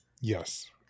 yes